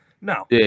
No